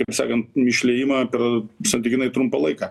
taip sakant išliejimą per sąlyginai trumpą laiką